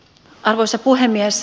arvoisa puhemies